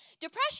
depression